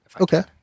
Okay